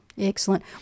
Excellent